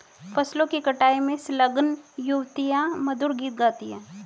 फसलों की कटाई में संलग्न युवतियाँ मधुर गीत गाती हैं